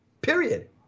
period